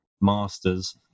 Masters